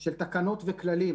של תקנות וכללים